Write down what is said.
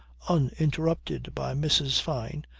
uninterrupted by mrs. fyne,